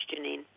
Janine